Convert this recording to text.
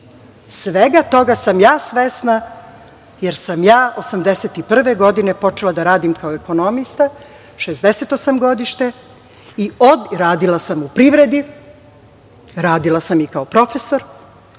Svega toga sam ja svesna, jer sam ja 1981. godine počela da radim kao ekonomista, 1960 sam godište i radila sam u privredi, radila sam i kao profesor,